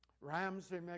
Ramsey